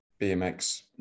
BMX